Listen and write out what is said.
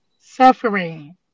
Suffering